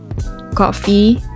coffee